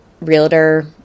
realtor